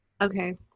Okay